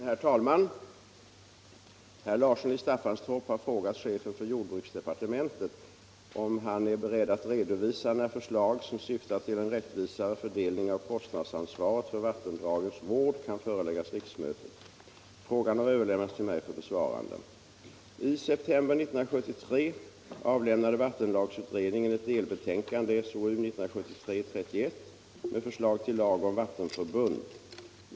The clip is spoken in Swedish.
Herr talman! Herr Larsson i Staffanstorp har frågat chefen för jordbruksdepartementet om han är beredd att redovisa när förslag som syftar till en rättvisare fördelning av kostnadsansvaret för vattendragens vård kan föreläggas riksmötet. Frågan har överlämnats till mig för besvarande. I september 1973 avlämnade vattenlagsutredningen ett delbetänkande med förslag till lag om vattenförbund.